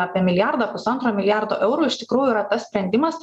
apie milijardą pusantro milijardo eurų iš tikrųjų yra tas sprendimas